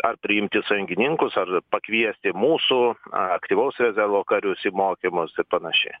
ar priimti sąjungininkus ar pakviesti mūsų aktyvaus rezervo karius į mokymus ir panašiai